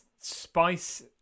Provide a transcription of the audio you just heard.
Spice